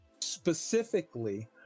specifically